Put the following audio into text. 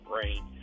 brain